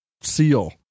seal